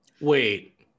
wait